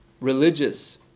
religious